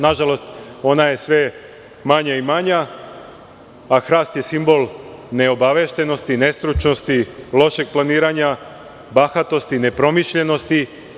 Nažalost, ona je sve manja i manja, a hrast je simbol neobaveštenosti, nestručnosti, lošeg planiranja, bahatosti i nepromišljenosti.